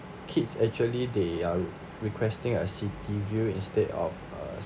kids actually they are requesting a city view instead of a